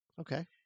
Okay